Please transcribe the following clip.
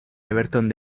everton